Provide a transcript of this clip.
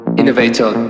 innovator